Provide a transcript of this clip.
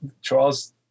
Charles